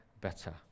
better